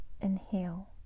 inhale